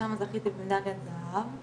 ושמה זכיתי במדליית זהב,